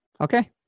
Okay